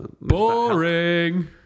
Boring